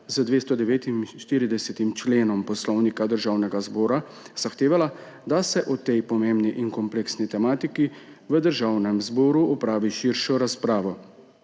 z 249. členom Poslovnika Državnega zbora zahtevala, da se o tej pomembni in kompleksni tematiki v Državnem zboru opravi širšo razpravo.